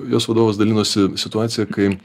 jos vadovas dalinosi situacija kai